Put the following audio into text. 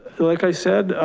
like i said,